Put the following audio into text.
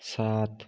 সাত